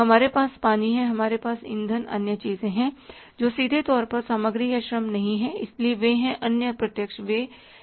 हमारे पास पानी है हमारे पास ईंधन अन्य चीजें हैं जो सीधे तौर पर सामग्री या श्रम नहीं हैं इसलिए वे है अन्य प्रत्यक्ष व्यय